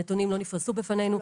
הנתונים לא נפרסו בפנינו.